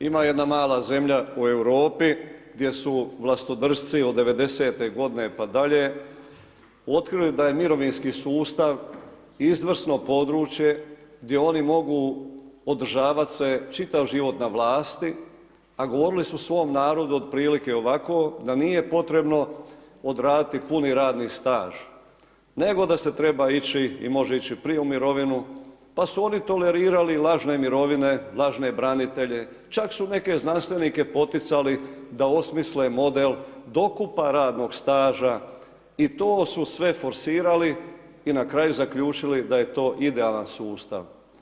Ima jedna mala zemlja u Europi gdje su vlastodršci od '90-te godine pa dalje, otkrili da je mirovinski sustav izvrsno područje gdje oni mogu održavat se čitav život na vlasti, a govorili su svom narodu otprilike ovako, da nije potrebno odraditi puni radni staž, nego da se treba ići i može ići prije u mirovinu, pa su oni tolerirali lažne mirovine, lažne branitelje, čak su neke znanstvenike poticali da osmisle model dokupa radnog staža i to su sve forsirali i na kraju zaključili da je to idealan sustav.